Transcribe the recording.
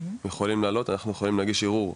הם יכולים להעלות ואנחנו יכולים להגיש ערעור.